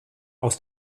aus